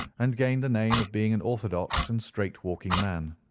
and gained the name of being an orthodox and straight-walking man.